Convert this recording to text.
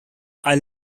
are